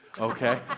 okay